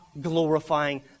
glorifying